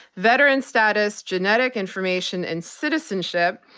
veteran status, genetic information, and citizenship.